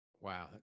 wow